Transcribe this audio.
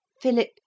Philip